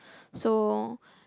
so